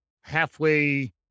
halfway